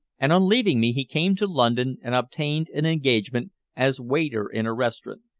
and on leaving me he came to london and obtained an engagement as waiter in a restaurant.